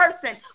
person